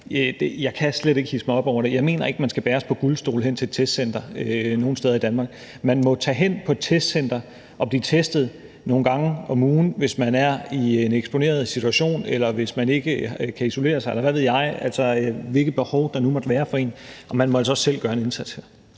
jeg slet ikke hidse mig op over. Jeg mener ikke, at man skal bæres på guldstole hen til et testcenter nogen steder i Danmark. Man må tage hen på et testcenter og blive testet nogle gange om ugen, hvis man er i en eksponeret situation, eller hvis man ikke kan isolere sig, eller hvad ved jeg; altså, hvilke behov der nu måtte være for en. Man må altså også selv gøre en indsats her.